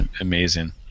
Amazing